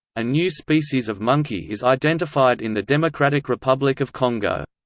a new species of monkey is identified in the democratic republic of congo.